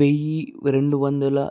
వెయ్యి రెండు వందల